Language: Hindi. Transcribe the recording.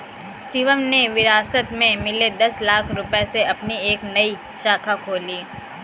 शिवम ने विरासत में मिले दस लाख रूपए से अपनी एक नई शाखा खोली